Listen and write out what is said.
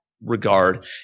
Regard